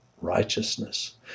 righteousness